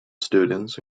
students